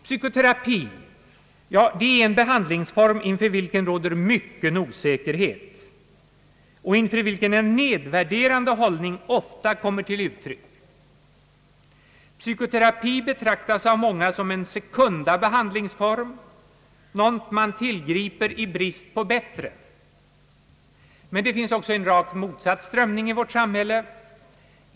Psykoterapi — ja, det är en behandlingsform inför vilken råder mycken osäkerhet. En nedvärderande hållning kommer ofta till uttryck. Psykoterapi betraktas av många som en sekunda behandlingsform, någonting man tillgriper i brist på bättre. Men det finns också en rakt motsatt strömning i vårt samhälle.